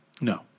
No